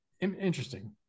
interesting